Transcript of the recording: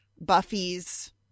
Buffy's